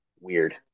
weird